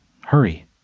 hurry